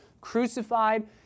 crucified